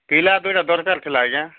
ପିଲା ଦୁଇଟା ଦରକାର ଥିଲା ଆଜ୍ଞା